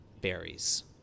berries